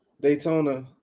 Daytona